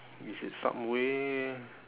is it subway